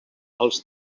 els